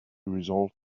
resolved